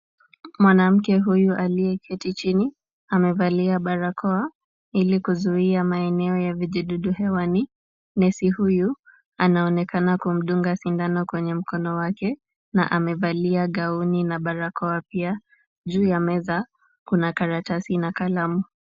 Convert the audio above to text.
Mwanamke huyu aliyeketi chini amevalia barakoa ili kuzuia maeneo ya vijidudu hewani. Nesi huyu anaonekana kumdunga sindano kwenye mkono wake na amevalia gauni na barakoa pia. Juu ya meza kuna karatasi na kalamu.